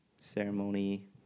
ceremony